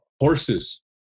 horses